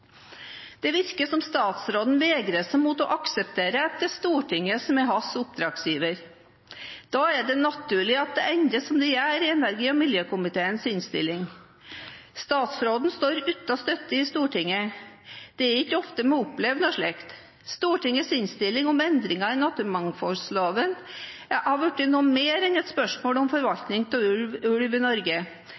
Det virker som om statsråden vegrer seg for å akseptere at det er Stortinget som er hans oppdragsgiver. Da er det naturlig at det ender som det gjør i energi- og miljøkomiteens innstilling. Statsråden står uten støtte i Stortinget. Det er ikke ofte vi opplever noe slikt. Stortingets innstilling om endringer i naturmangfoldloven har blitt noe mer enn et spørsmål om forvaltning av ulv i Norge.